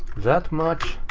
that much.